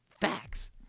facts